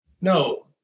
No